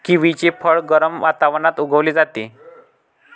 किवीचे फळ गरम वातावरणात उगवले जाते